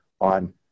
on